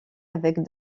avec